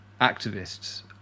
activists